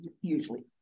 usually